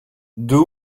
deux